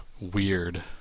Weird